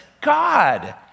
god